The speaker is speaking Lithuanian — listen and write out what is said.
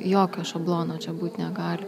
jokio šablono čia būt negali